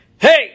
Hey